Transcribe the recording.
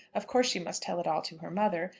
of course she must tell it all to her mother,